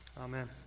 Amen